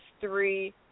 three